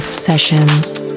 sessions